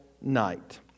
night